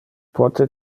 pote